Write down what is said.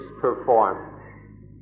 perform